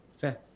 Fair